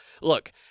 Look